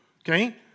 Okay